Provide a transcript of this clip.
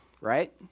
right